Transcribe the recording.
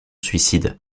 suicide